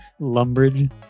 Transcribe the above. Lumbridge